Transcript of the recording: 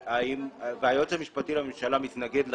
היועץ המשפטי לממשלה מתנגד לכך,